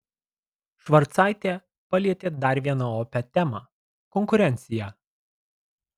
švarcaitė palietė dar vieną opią temą konkurenciją